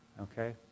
Okay